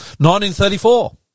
1934